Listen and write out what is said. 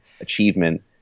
achievement